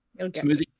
Smoothie